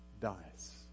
dies